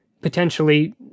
potentially